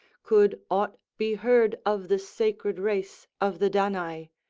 could aught be heard of the sacred race of the danai.